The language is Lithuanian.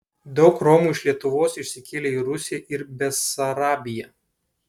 daug romų iš lietuvos išsikėlė į rusiją ir besarabiją